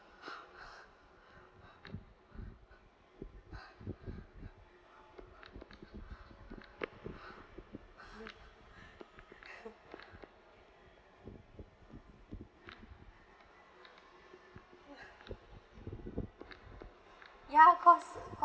ya cause